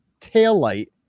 taillight